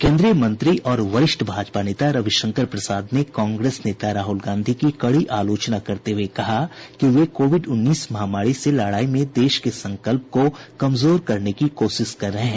केंद्रीय मंत्री और वरिष्ठ भाजपा नेता रविशंकर प्रसाद ने कांग्रेस नेता राहुल गांधी की कड़ी आलोचना करते हुए कहा कि वे कोविड उन्नीस महामारी से लड़ाई में देश के संकल्प को कमजोर करने की कोशिश कर रहे हैं